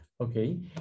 Okay